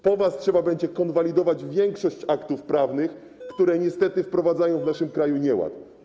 Po was trzeba będzie konwalidować większość aktów prawnych, które niestety wprowadzają w naszym kraju nieład.